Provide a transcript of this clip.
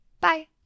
Bye